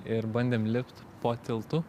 ir bandėm lipt po tiltu